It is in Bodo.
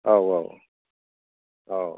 औ औ औ